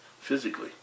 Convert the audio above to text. physically